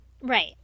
Right